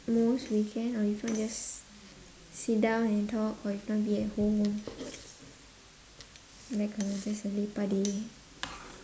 most weekend or if not just sit down and talk or if not be at home like a just a lepak day